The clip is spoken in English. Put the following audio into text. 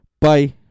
Bye